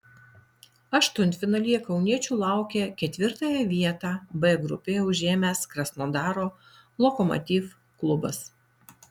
aštuntfinalyje kauniečių laukia ketvirtąją vietą b grupėje užėmęs krasnodaro lokomotiv klubas